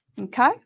okay